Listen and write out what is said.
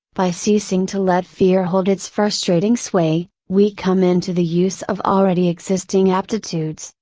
by ceasing to let fear hold its frustrating sway, we come into the use of already existing aptitudes,